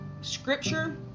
scripture